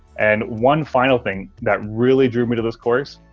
and one final thing that really drew me to this course,